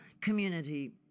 community